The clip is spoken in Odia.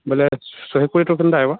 ବଲେ ଶହେକୁଡ଼େ ଟୋଟାଲ୍ଟା ଆଏବା